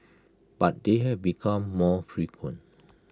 but they have become more frequent